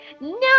no